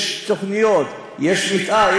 יש תוכניות, יש מתאר.